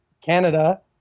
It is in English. Canada